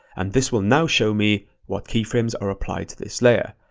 and this will now show me what keyframes are applied to this layer.